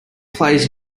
plays